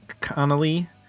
Connolly